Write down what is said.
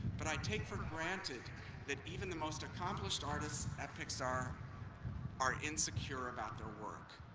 but i take for granted that even the most accomplished artists at pixar are insecure about their work.